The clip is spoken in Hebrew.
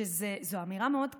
זו אמירה מאוד קשה,